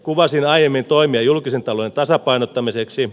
kuvasin aiemmin toimia julkisen talouden tasapainottamiseksi